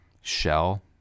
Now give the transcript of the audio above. shell